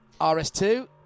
RS2